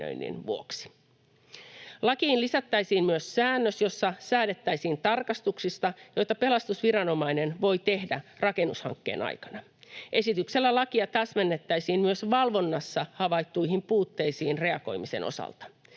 Lakiin lisättäisiin myös säännös, jossa säädettäisiin tarkastuksista, joita pelastusviranomainen voi tehdä rakennushankkeen aikana. Esityksellä lakia täsmennettäisiin myös valvonnassa havaittuihin puutteisiin reagoimisen osalta.